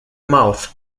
mouth